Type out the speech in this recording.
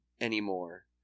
anymore